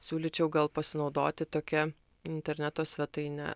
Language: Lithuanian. siūlyčiau gal pasinaudoti tokia interneto svetaine